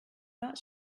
not